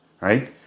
right